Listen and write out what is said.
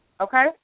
Okay